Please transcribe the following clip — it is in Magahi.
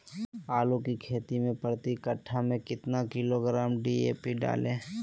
आलू की खेती मे प्रति कट्ठा में कितना किलोग्राम डी.ए.पी डाले?